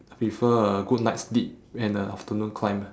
prefer a good night's sleep and a afternoon climb